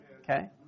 Okay